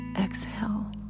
Exhale